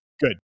Good